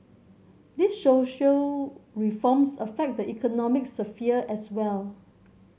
these social reforms affect the economic sphere as well